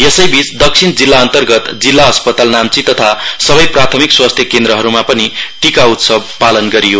यसैबीच दक्षिण जिल्ला अन्तगर्त जिल्ला अस्पताल नाम्ची तथा सबै प्राथमिक स्वास्थ्य केन्द्रहरुमा पनि टीका उत्सव पालन गरियो